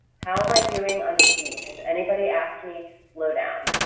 how am i doing on speed has anybody asked me to slow down?